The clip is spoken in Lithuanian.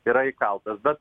yra įkaltas bet